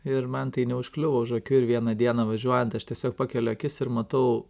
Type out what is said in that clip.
ir man tai neužkliuvo už akių ir vieną dieną važiuojant aš tiesiog pakeliu akis ir matau